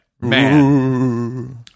man